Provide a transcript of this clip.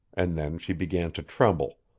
and then she began to tremble.